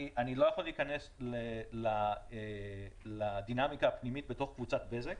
אני לא יכול להיכנס לדינמיקה הפנימית בתוך קבוצת בזק.